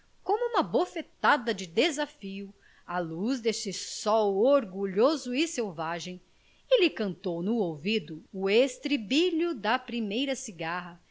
como uma bofetada de desafio a luz deste sol orgulhoso e selvagem e lhe cantou no ouvido o estribilho da primeira cigarra